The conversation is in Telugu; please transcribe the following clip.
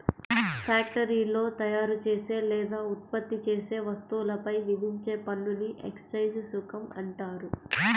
ఫ్యాక్టరీలో తయారుచేసే లేదా ఉత్పత్తి చేసే వస్తువులపై విధించే పన్నుని ఎక్సైజ్ సుంకం అంటారు